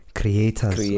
creators